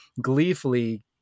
gleefully